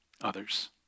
others